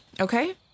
Okay